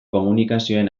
komunikazioen